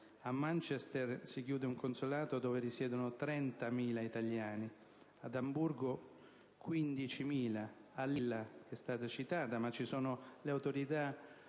a Manchester si chiude un consolato dove risiedono 30.000 italiani; ad Amburgo 15.000 italiani; a Lille - che è stata citata, ma ci sono le autorità